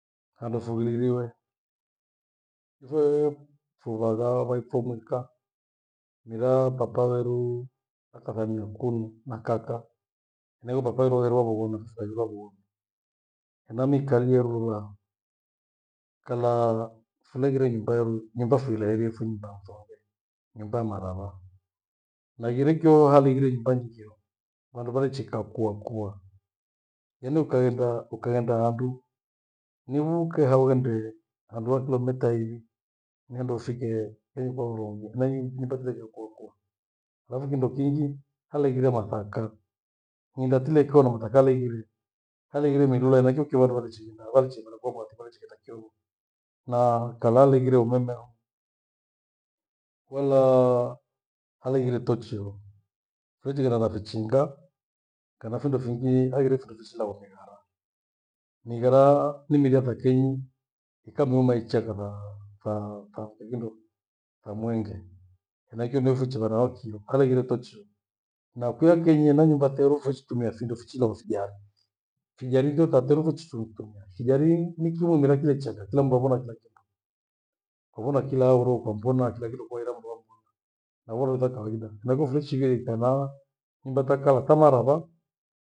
Handu fughiririwe. Ifee fuvagha vya ipho mwika, mera papa weru akathamia kunu na kaka. Naio papa alegwira vughono na akithaliwa vughonu. Hena mikali rura, kala fuleghire nyumba yerue nyumba fuilaherie fu nyumba ya msonge, nyumba ya marara. Na ighire kyio hali ighire nyumba nyingi hio, vandu vandechika kuwa kua. Yaani ukaenda- ukaghenda nandu ni muke hauende handuhai Kilomita iwi ni handu ufikee iko nungu, naiwi nipatie yekokuwa. Halafu kindo kingi haleghire mathaka. Nyinga tilekeho na mathaka haleghire, haleghire milula henacho kio vandu valechighenda, valechighenda kwao mwali valichighenja kio lukwa. Naa kalali igheire umeme ho, walaa haleighire tochi huo. Fuchighenda na fichingaa kana findo fingi alighire findo fichia wamni nimara. Ni gharaa nimmilia kea kenyi ikamiuma ichai kathaa tha- tha- thekindo tha mwenge. Henaicho niufichiraraho kio haleghire tochi ho na kwiya kenyi hena nyumba teru fechitimia thindu fichilowasa jari. Fijali njota teru vuchishurutumia. Fijarii hii ni kiumbe na kile chaghata kila mndu avona kila kindu, avona kila auro, ukambona kila kitu koera mndu hau nyumbani. Avoro za kawaida henacho fuleshighe ikae na nyumba takalathama rava.